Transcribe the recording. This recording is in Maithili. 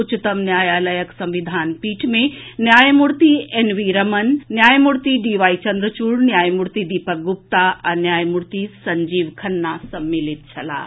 उच्चतम न्यायालयक संविधान पीठ मे न्यायमूर्ति एन वी रमन न्यायमूर्ति डी वाई चंद्रचूड़ न्यायमूर्ति दीपक गुप्ता आ न्यायमूर्ति संजीव खन्ना सम्मिलित छलाह